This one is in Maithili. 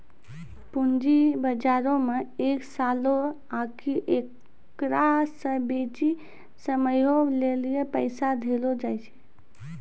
पूंजी बजारो मे एक सालो आकि एकरा से बेसी समयो लेली पैसा देलो जाय छै